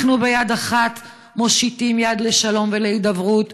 אנחנו ביד אחת מושיטים יד לשלום ולהידברות,